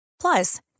Plus